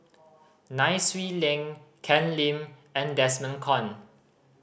Nai Swee Leng Ken Lim and Desmond Kon